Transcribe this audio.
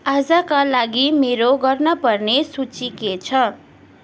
आजका लागि मेरो गर्न पर्ने सूची के छ